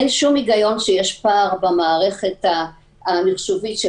אין שום היגיון שיש פער במערכת המחשובית של